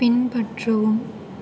பின்பற்றவும்